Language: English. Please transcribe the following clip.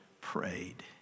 prayed